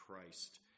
Christ